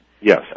Yes